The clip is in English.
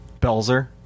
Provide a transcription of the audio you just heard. Belzer